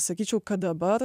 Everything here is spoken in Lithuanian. sakyčiau kad dabar